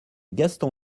gaston